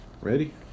ready